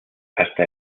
hasta